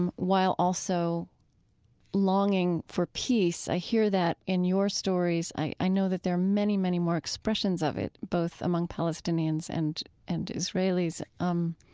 um while also longing for peace. i hear that in your stories. i i know that there are many, many more expressions of it, both among palestinians and and israelis. um